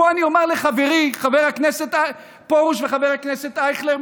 פה אני אומר לחבריי חבר הכנסת פרוש וחבר הכנסת אייכלר,